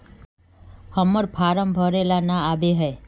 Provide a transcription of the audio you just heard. हम्मर फारम भरे ला न आबेहय?